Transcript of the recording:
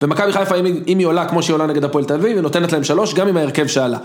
ומכבי חיפה, אם היא עולה כמו שהיא עולה נגד הפועל תל אביב, היא נותנת להם שלוש גם עם ההרכב שעלה